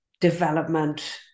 development